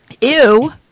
Ew